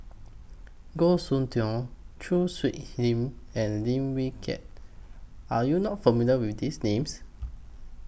Goh Soon Tioe Choo Hwee Lim and Lim Wee Kiak Are YOU not familiar with These Names